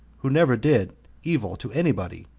who never did evil to any body,